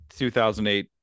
2008